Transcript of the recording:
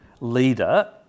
leader